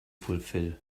fulfill